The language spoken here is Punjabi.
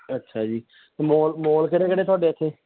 ਅੱਛਾ ਜੀ ਅਤੇ ਮੋਲ ਮੋਲ ਕਿਹੜੇ ਕਿਹੜੇ ਤੁਹਾਡੇ ਇੱਥੇ